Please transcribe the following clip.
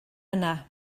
yna